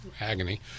agony